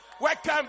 Welcome